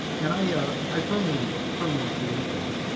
and i i firmly, firmly believe that.